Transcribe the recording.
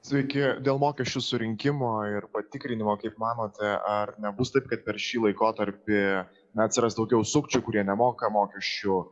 sveiki dėl mokesčių surinkimo ir patikrinimo kaip manote ar nebus taip kad per šį laikotarpį na atsiras daugiau sukčių kurie nemoka mokesčių